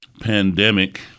pandemic